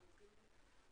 זו העובדה.